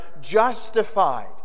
justified